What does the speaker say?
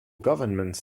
government